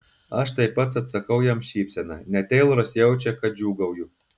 aš taip pat atsakau jam šypsena net teiloras jaučia kad džiūgauju